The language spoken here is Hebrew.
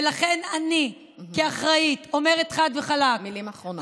ולכן אני, כאחראית, אומרת חד וחלק, מילים אחרונות.